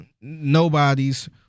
Nobody's